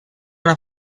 una